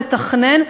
לתכנן,